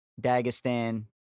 Dagestan